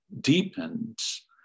deepens